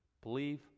believe